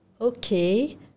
Okay